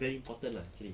very important lah actually